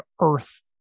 earth